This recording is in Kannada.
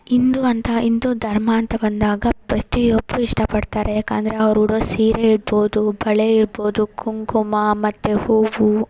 ಹಿಂದೂ ಅಂತ ಹಿಂದೂ ಧರ್ಮ ಅಂತ ಬಂದಾಗ ಪ್ರತಿಯೊಬ್ಬರೂ ಇಷ್ಟಪಡ್ತಾರೆ ಯಾಕಂದರೆ ಅವ್ರು ಉಡೋ ಸೀರೆ ಇರ್ಬೋದು ಬಳೆ ಇರ್ಬೋದು ಕುಂಕುಮ ಮತ್ತು ಹೂವು